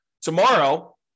tomorrow